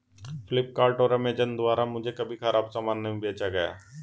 फ्लिपकार्ट और अमेजॉन द्वारा मुझे कभी खराब सामान नहीं बेचा गया